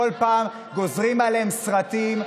כל פעם גוזרים עליהם סרטים,